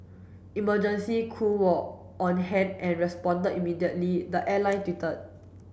emergency crew were on hand and responded immediately the airline tweeted